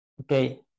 Okay